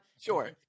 Sure